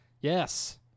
Yes